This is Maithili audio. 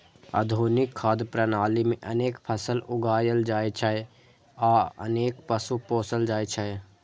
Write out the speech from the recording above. आधुनिक खाद्य प्रणाली मे अनेक फसल उगायल जाइ छै आ अनेक पशु पोसल जाइ छै